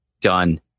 done